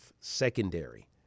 secondary